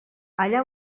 allà